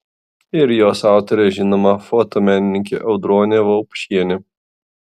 ir jos autorė žinoma fotomenininkė audronė vaupšienė